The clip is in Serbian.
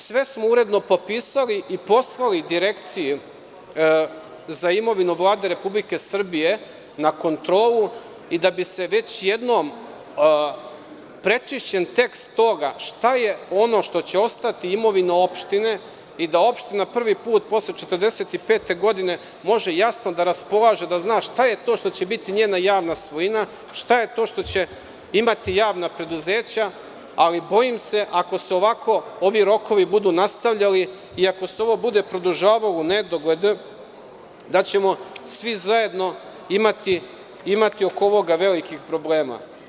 Sve smo uredno potpisali i poslali Direkciji za imovinu Vlade Republike Srbije na kontrolu, da bi se već jednom prečišćen tekst toga šta je ono što će ostati imovina opštine i da opština prvi put posle 1945. godine može jasno da raspolaže, da zna šta je to što će biti njena javna svojina, šta je to što će imati javna preduzeća, ali bojim se da ako se ovi rokovi budu ovako nastavljali i ako se ovo bude produžavalo u nedogled, da ćemo svi zajedno imati oko ovoga velikih problema.